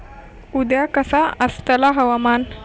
उद्या कसा आसतला हवामान?